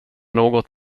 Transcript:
något